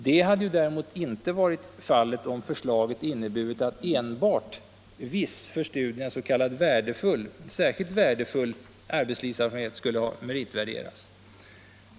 Det hade däremot inte varit fallet, om förslaget inneburit att enbart viss för studierna s.k. särskilt värdefull arbetslivserfarenhet skulle ha meritvärderats.